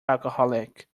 alcoholic